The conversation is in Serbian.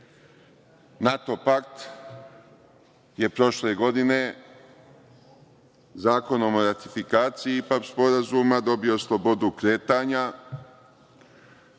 pakta? NATO-pakt je prošle godine Zakonom o ratifikaciji IPA sporazuma dobio slobodu kretanja,